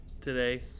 today